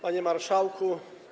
Panie Marszałku!